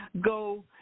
go